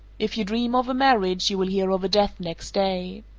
if you dream of a marriage, you will hear of a death next day.